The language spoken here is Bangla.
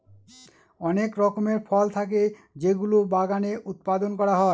অনেক রকমের ফল থাকে যেগুলো বাগানে উৎপাদন করা হয়